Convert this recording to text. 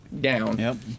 down